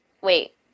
wait